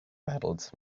battles